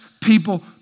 people